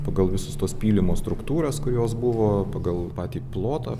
pagal visus tuos pylimo struktūras kurios buvo pagal patį plotą